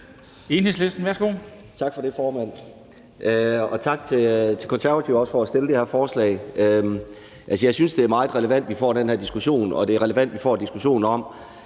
Tak for det, formand, og også tak til Konservative for at fremsætte det her forslag. Jeg synes, at det er meget relevant, at vi får den her diskussion, og at det er relevant, at vi får en diskussion om,